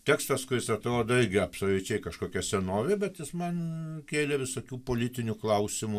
tekstas kuris atrodo irgi absoliučiai kažkokia senovė bet jis man kėlė visokių politinių klausimų